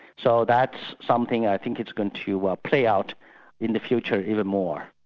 so that's something i think it's going to ah play out in the future even more.